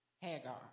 Hagar